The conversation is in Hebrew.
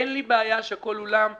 אין לי בעיה שכל אולם יציע,